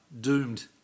Doomed